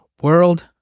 world